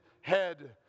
head